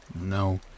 No